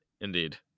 Indeed